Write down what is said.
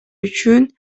үчүн